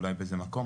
אולי באיזה מקום,